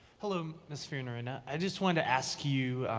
hello, um ms. fiorina i just wanted to ask you.